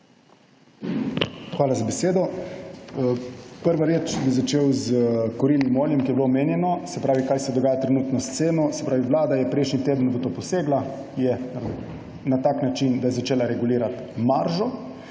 Hvala za besedo. Najprej bi začel s kurilnim oljem, ko je bilo omenjeno, kaj se dogaja trenutno s ceno. Vlada je prejšnji teden v to posegla na tak način, da je začela regulirati maržo